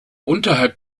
unterhalb